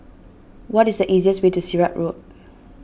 what is the easiest way to Sirat Road